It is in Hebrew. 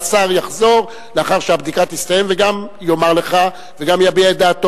והשר יחזור לאחר שהבדיקה תסתיים וגם יאמר לך וגם יביע את דעתו,